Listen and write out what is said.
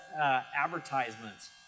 advertisements